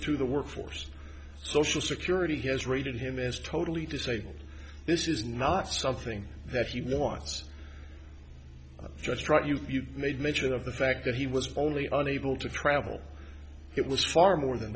rough the workforce social security has rated him is totally disabled this is not something that he wants just struck you made mention of the fact that he was only an able to travel it was far more than